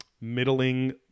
middling